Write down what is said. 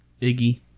Iggy